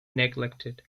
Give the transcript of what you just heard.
neglected